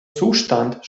zustand